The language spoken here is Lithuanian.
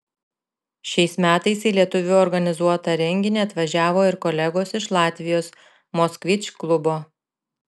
šiais metais į lietuvių organizuotą renginį atvažiavo ir kolegos iš latvijos moskvič klubo